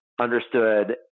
understood